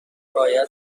باید